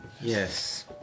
Yes